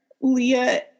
leah